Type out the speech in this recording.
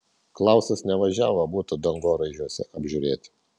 klausas nevažiavo butų dangoraižiuose apžiūrėti